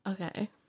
Okay